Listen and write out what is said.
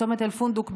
צומת אל-פונדוק,